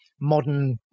modern